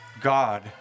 God